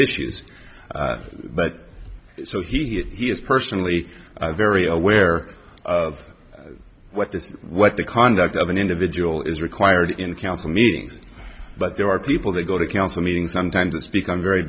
issues but so he is personally very aware of what this what the conduct of an individual is required in council meetings but there are people that go to council meetings sometimes it's become very